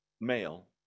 male